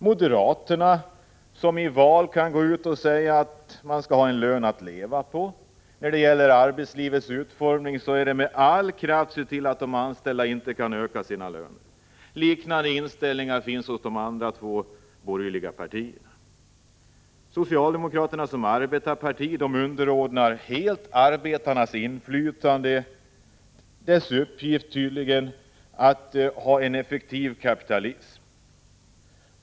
Moderaterna, som i val kan gå ut —— och säga att man skall ha en lön som det går att leva på, söker när det gäller arbetslivets utformning med all kraft se till att de anställda inte kan öka sina frågor löner. Liknande inställning finns hos de två andra borgerliga partierna. Socialdemokraterna som arbetarparti underordnar tydligen helt arbetarnas inflytande under uppgiften att bereda vägen för en effektiv kapitalism.